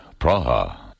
Praha